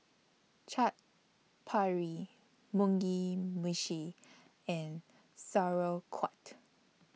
Chaat Papri Mugi Meshi and Sauerkraut